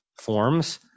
forms